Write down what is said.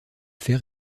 fer